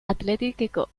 athleticeko